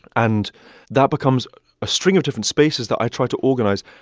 and that becomes a string of different spaces that i try to organize,